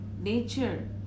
nature